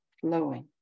flowing